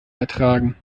ertragen